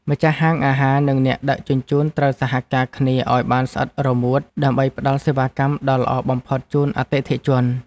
ម្ចាស់ហាងអាហារ និងអ្នកដឹកជញ្ជូនត្រូវសហការគ្នាឱ្យបានស្អិតរមួតដើម្បីផ្ដល់សេវាកម្មដ៏ល្អបំផុតជូនអតិថិជន។